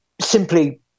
simply